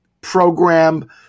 program